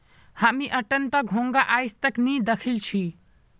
हामी अट्टनता घोंघा आइज तक नी दखिल छि